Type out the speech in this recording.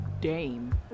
dame